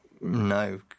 no